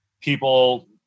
people